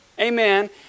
Amen